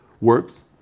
works